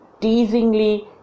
teasingly